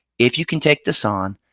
if you can take this on,